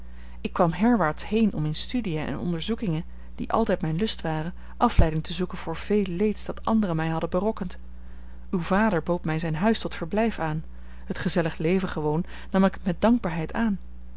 ik kwam herwaarts heen om in studiën en onderzoekingen die altijd mijn lust waren afleiding te zoeken voor veel leeds dat anderen mij hadden berokkend uw vader bood mij zijn huis tot verblijf aan het gezellig leven gewoon nam ik het met dankbaarheid aan